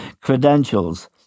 credentials